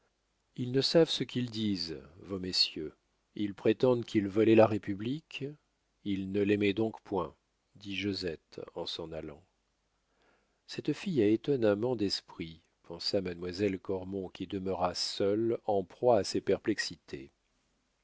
ils ne savent ce qu'ils disent vos messieurs ils prétendent qu'il volait la république il ne l'aimait donc point dit josette en s'en allant cette fille a étonnamment d'esprit pensa mademoiselle cormon qui demeura seule en proie à ses perplexités